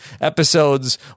episodes